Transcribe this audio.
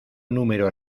número